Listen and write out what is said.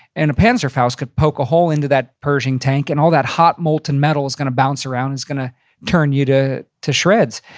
and a panzerfaust could poke a hole into that pershing tank and all that hot molten metal's gonna bounce around and it's gonna turn you to to shreds.